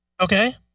Okay